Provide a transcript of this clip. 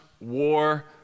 war